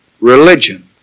religion